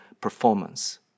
performance